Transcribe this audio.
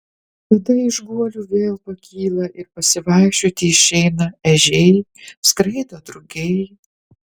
tada iš guolių vėl pakyla ir pasivaikščioti išeina ežiai skraido drugiai